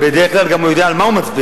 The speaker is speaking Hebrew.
ובדרך כלל הוא גם יודע על מה הוא מצביע.